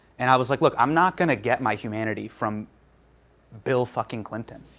and i was like, look, i'm not going to get my humanity from bill fucking clinton.